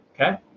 Okay